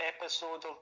episode